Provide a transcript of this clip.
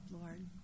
Lord